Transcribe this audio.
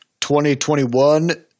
2021